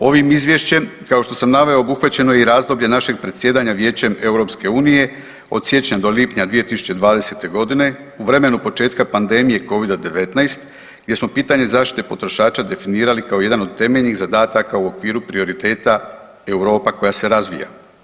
Ovim Izvješćem, kao što sam naveo, obuhvaćeno je i razdoblje našim predsjedanja Vijećem EU od siječnja do lipnja 2020. g. u vremenu početka pandemije Covida-19 jer smo pitanje zaštite potrošača definirali kao jedan od temeljnih zadataka u okviru prioriteta Europa koja se razvija.